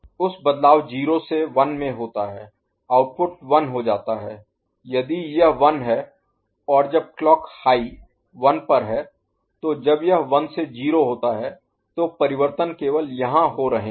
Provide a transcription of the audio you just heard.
उस बदलाव 0 से 1 में होता है आउटपुट 1 हो जाता है यदि यह 1 है और जब क्लॉक हाई 1 पर है तो जब यह 1 से 0 होता है तो परिवर्तन केवल यहां हो रहे हैं